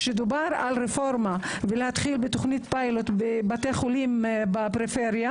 דובר על רפורמה ועל התחלת בתוכנית פיילוט בבתי חולים בפריפריה,